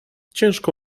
ciężko